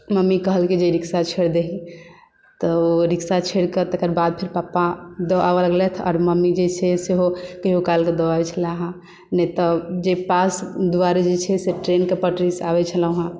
mummy कहलकै जे rickshaw छोड़ि दही तऽ रिक्शा छोड़ि कऽ तकर बाद फेर पापा दऽ आबय लगलथि आओर मम्मी जे छै सेहो कहियो कालके दऽ आबैत छले हेँ नहि तऽ जे पास दुआरे जे छै से ट्रेनकेँ पटरीसँ आबैत छलहुँ हेँ